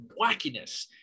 wackiness